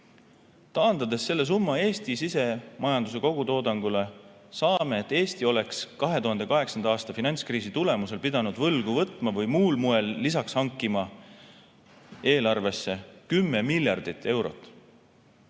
Taandades selle summa Eesti sisemajanduse kogutoodangule, saame, et Eesti oleks 2008. aasta finantskriisi tõttu pidanud võlgu võtma või muul moel lisaks hankima eelarvesse 10 miljardit eurot,